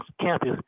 campus